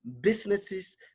businesses